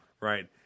right